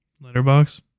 Letterbox